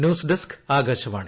news desk Akashvani